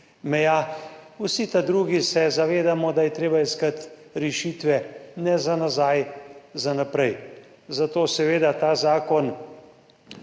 meja. Vsi drugi se zavedamo, da je treba iskati rešitve, ne za nazaj, za naprej, zato seveda ta zakon